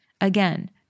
Again